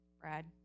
Brad